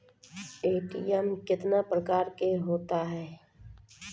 ATM कितने प्रकार का होता हैं?